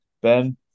Ben